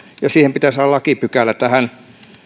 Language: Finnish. ja pitää saada lakipykälä tähän